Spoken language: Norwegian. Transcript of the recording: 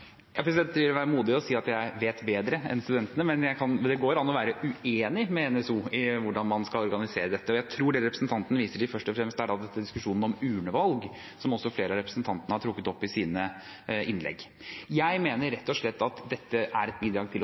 Det ville være modig å si at jeg vet bedre enn studentene, men det går an å være uenig med NSO i hvordan man skal organisere dette. Jeg tror det representanten viser til, først og fremst er diskusjonen om urnevalg, som også flere av representantene har tatt opp i sine innlegg. Jeg mener rett og slett at det er et bidrag til å